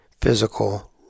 physical